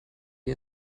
wie